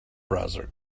browser